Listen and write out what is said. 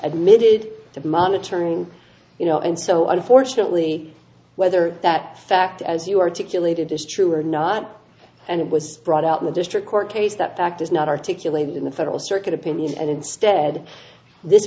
admitted to monitoring you know and so unfortunately whether that fact as you articulated is true or not and it was brought out in the district court case that fact is not articulated in the federal circuit opinion and instead this